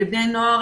בני נוער